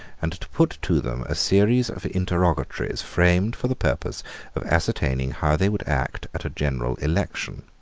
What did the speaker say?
and to put to them a series of interrogatories framed for the purpose of ascertaining how they would act at a general election.